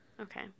Okay